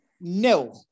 no